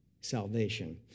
salvation